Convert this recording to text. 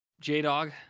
j-dog